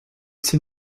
s’ils